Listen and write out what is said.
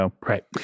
Right